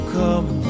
come